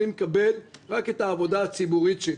אני מקבל רק את העבודה הציבורית שלי,